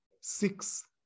six